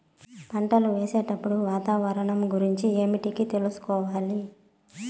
పంటలు వేసేటప్పుడు వాతావరణం గురించి ఏమిటికి తెలుసుకోవాలి?